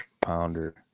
pounder